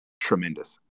tremendous